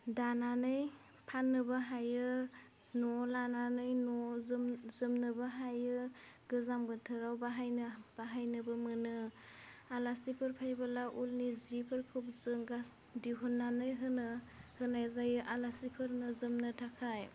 दानानै फाननोबो हायो नवाव लानानै न'वाव जोम जोमनोबो हायो गोजां बोथोराव बाहायनो बाहायनोबो मोनो आलासिफोर फैबोला उलनि जिफोरखौ जों दिहुननानै होनो होनाय जायो आलासिफोरनो जोमनो थाखाय